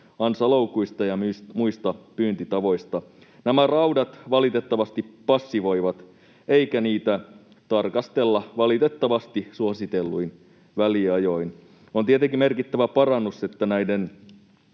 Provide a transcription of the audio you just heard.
ansaloukuista ja muista pyyntitavoista. Nämä raudat valitettavasti passivoivat, eikä niitä tarkastella valitettavasti suositelluin väliajoin. On tietenkin merkittävä parannus, että näiden